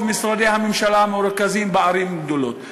משרדי הממשלה מרוכזים בערים הגדולות.